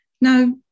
Now